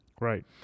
Right